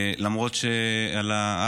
למרות שאת